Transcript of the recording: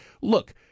Look